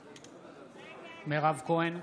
בעד מירב כהן,